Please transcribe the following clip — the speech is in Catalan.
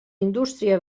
indústria